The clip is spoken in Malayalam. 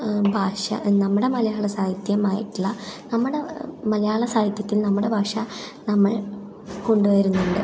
ഭാഷ നമ്മുടെ മലയാള സാഹിത്യമായിട്ട് നമ്മുടെ മലയാളസാഹിത്യത്തിൽ നമ്മുടെ ഭാഷ നമ്മൾ കൊണ്ടു വരുന്നുണ്ട്